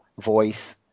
voice